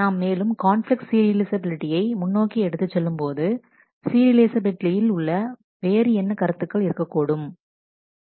நாம் மேலும் கான்பிலிக்ட் சீரியலைஃசபிலிட்டியை முன்னோக்கி எடுத்துச் செல்லும்போது சீரியலைஃசபிலிட்டியில் வேறு என்ன கருத்துக்கள் இருக்கக்கூடும்